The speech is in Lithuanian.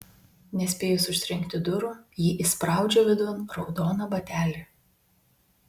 nespėjus užtrenkti durų ji įspraudžia vidun raudoną batelį